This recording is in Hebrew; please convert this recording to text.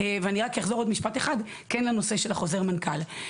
אני רק אחזור בעוד משפט אחד כן לנושא חוזר המנכ"ל: